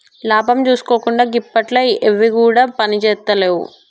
లాభం జూసుకోకుండ గిప్పట్ల ఎవ్విగుడ పనిజేత్తలేవు